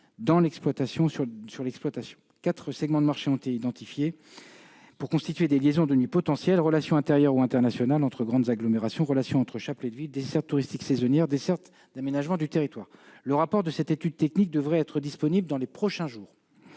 pour l'exploitation de telles lignes. Quatre segments de marché ont été identifiés pour établir des liaisons de nuit potentielles : relations intérieures ou internationales entre grandes agglomérations, relations entre chapelets de villes, dessertes touristiques saisonnières et dessertes d'aménagement du territoire. Le rapport de cette étude technique devrait être disponible dans les prochains jours.